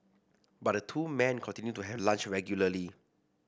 but the two men continued to have lunch regularly